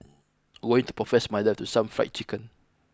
going to profess my love to some fried chicken